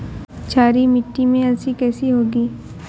क्षारीय मिट्टी में अलसी कैसे होगी?